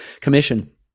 commission